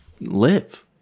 live